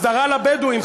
הסדרה לבדואים,